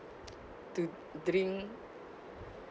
to drink